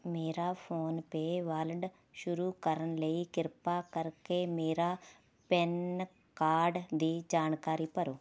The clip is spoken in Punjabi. ਮੇਰਾ ਫੋਨਪੇਅ ਵਾਲਡ ਸ਼ੁਰੂ ਕਰਨ ਲਈ ਕ੍ਰਿਪਾ ਕਰਕੇ ਮੇਰਾ ਪਿਨ ਕਾਰਡ ਦੀ ਜਾਣਕਾਰੀ ਭਰੋ